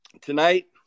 Tonight